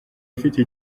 afite